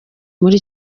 muri